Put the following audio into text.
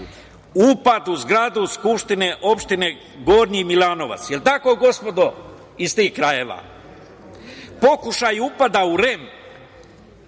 Upad u zgradu Skupštine opštine Gornji Milanovac, jel tako gospodo iz tih krajeva? Pokušaj upada u REM,